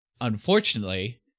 unfortunately